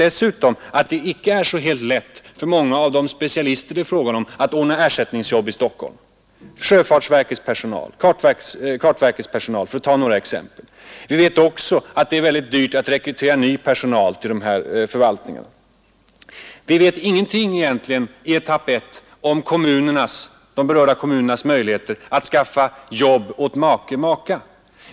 Dessutom vet vi att det inte är så lätt för många av de specialister som det här gäller att få ersättningsjobb i Stockholm — sjöfartsverkets och kartverkets personal för att här bara ta två exempel. Likaså vet vi att det är oerhört dyrt att rekrytera ny personal till statsförvaltningen. Beträffande etapp 1 vet vi vidare ingenting om de berörda kommunernas möjligheter att skaffa jobb åt makan eller maken.